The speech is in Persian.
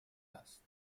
است